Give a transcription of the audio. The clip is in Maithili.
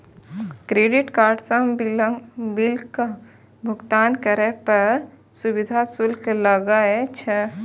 क्रेडिट कार्ड सं बिलक भुगतान करै पर सुविधा शुल्क लागै छै